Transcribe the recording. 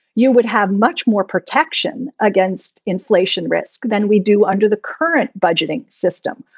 you would have much more protection against inflation risk than we do under the current budgeting system,